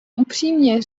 upřímně